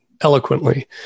eloquently